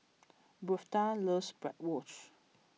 Birtha loves Bratwurst